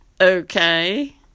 Okay